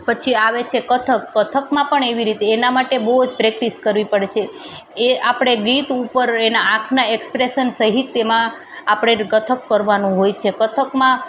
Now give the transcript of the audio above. પછી આવે છે કથક કથકમાં પણ એવી રીતે એના માટે બહુ જ પ્રેક્ટિસ કરવી પડે છે એ આપણે ગીત ઉપર એના આંખના એક્સ્પ્રેસન સહિત એમાં આપણે કથક કરવાનું હોય છે કથકમાં